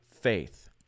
faith